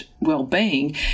well-being